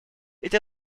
эти